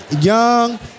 young